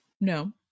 No